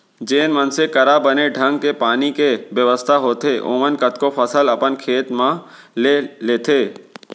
जेन मनसे करा बने ढंग के पानी के बेवस्था होथे ओमन कतको फसल अपन खेत म ले लेथें